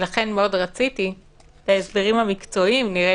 לכן מאוד רציתי את ההסברים המקצועיים נראה